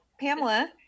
Pamela